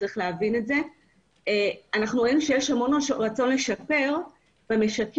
צריך שיהיה מישהו במשרה